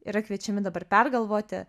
yra kviečiami dabar pergalvoti